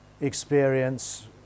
experience